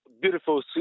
beautiful